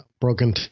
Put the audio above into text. Broken